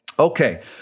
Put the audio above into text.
Okay